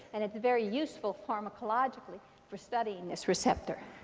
and it's very useful pharmacologically for studying this receptor.